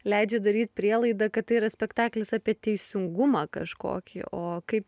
leidžia daryt prielaidą kad tai yra spektaklis apie teisingumą kažkokį o kaip